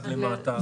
אחד למטה.